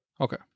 Okay